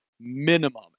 minimum